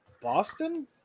Boston